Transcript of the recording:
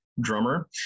drummer